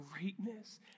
greatness